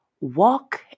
walk